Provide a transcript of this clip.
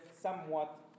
somewhat